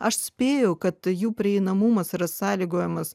aš spėju kad jų prieinamumas yra sąlygojamas